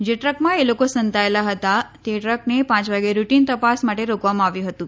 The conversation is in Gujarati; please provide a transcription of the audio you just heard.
જે ટ્રકમાં એ લોકો સંતાયેલા હતા તે ટ્રકને પાંચ વાગે રૂટીન તપાસ માટે રોકવામાં આવ્યું હતું